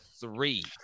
three